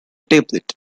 tablet